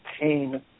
pain